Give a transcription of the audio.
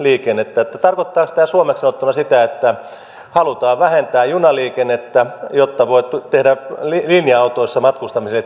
tarkoittaako tämä suomeksi sanottuna sitä että halutaan vähentää junaliikennettä jotta voi tehdä linja autoissa matkustamiselle tilaa